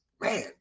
man